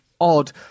odd